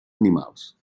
animals